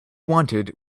wanted